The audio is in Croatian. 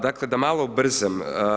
Dakle, da malo ubrzam.